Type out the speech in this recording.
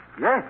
Yes